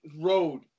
road